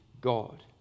God